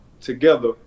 together